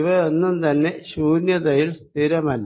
ഇവയൊന്നും തന്നെ ശൂന്യതയിൽ സ്ഥിരമല്ല